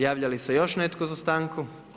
Javlja li se još netko za stanku?